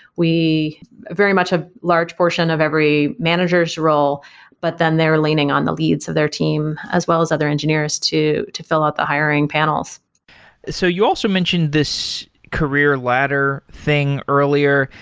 we very much have a large portion of every manager s role but then they're leaning on the leads of their team, as well as other engineers to to fill out the hiring panels so you also mentioned this career ladder thing earlier.